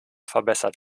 verbessert